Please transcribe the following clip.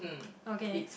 okay